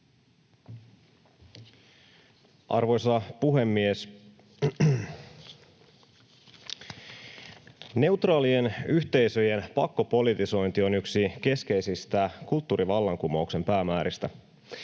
Arvoisa puhemies! Neutraalien yhteisöjen pakkopolitisointi on yksi keskeisistä kulttuurivallankumouksen päämääristä.